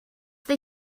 they